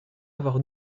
avoir